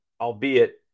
albeit